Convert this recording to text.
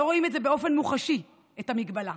לא רואים את זה באופן מוחשי, את המגבלה,